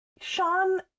Sean